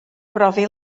brofi